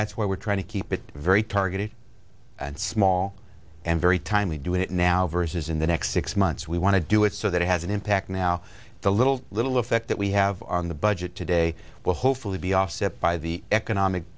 that's where we're trying to keep it very targeted and small and very timely do it now versus in the next six months we want to do it so that it has an impact now the little little effect that we have on the budget today will hopefully be offset by the economic